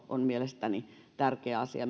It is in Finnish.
on mielestäni tärkeä asia